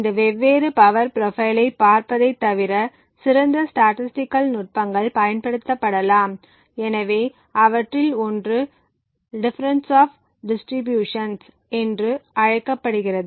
இந்த வெவ்வேறு பவர் ப்ரொபைலை பார்ப்பதைத் தவிர சிறந்த ஸ்டாடிஸ்டிக்கல் நுட்பங்கள் பயன்படுத்தப்படலாம் எனவே அவற்றில் ஒன்று டிஃபரென்ஸ் ஆப் டிஸ்ட்ரிபியூஷன் என்று அழைக்கப்படுகிறது